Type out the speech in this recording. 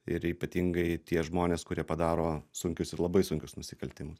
ir ypatingai tie žmonės kurie padaro sunkius ir labai sunkius nusikaltimus